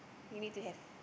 you need to have